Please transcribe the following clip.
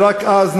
ורק אז,